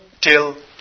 till